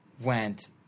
went